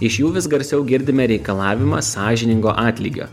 iš jų vis garsiau girdime reikalavimą sąžiningo atlygio